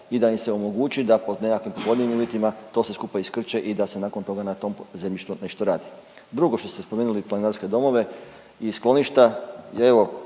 i da im se omogući da pod nekakvim povoljnijim uvjetima to sve skupa iskrče i da se nakon toga na tom zemljištu nešto radi. Drugo što ste spomenuli planinarske domove i skloništa ja evo